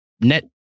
net